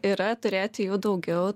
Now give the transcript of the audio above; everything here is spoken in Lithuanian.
yra turėti jau daugiau